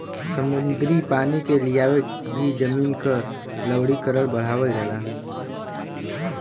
समुद्री पानी के लियाके भी जमीन क लवणीकरण बढ़ावल जाला